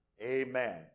Amen